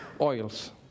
oils